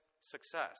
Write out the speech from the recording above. success